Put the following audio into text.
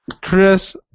Chris